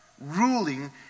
ruling